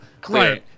clear